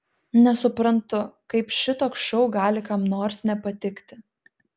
nesuprantu kaip šitoks šou gali kam nors nepatikti